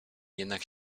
jednak